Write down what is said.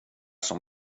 som